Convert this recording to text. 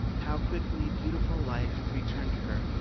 how quickly beautiful life returned to her.